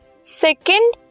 second